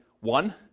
one